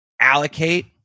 allocate